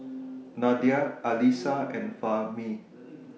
Nadia Alyssa and Fahmi